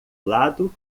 lado